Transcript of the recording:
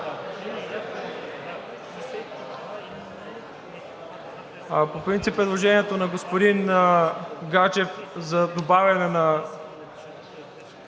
По принцип предложението на господин Гаджев за добавяне на